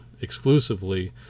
exclusively